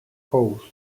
coast